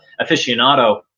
aficionado